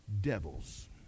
devils